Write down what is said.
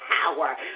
power